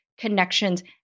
connections